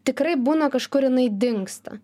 tikrai būna kažkur jinai dingsta